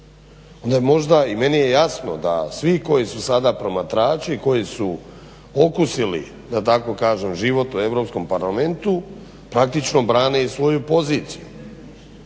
bojazan. I meni je jasno da svi koji su sada promatrači, koji su okusili da tako kažem život u Europskom parlamentu, praktično brane i svoju poziciju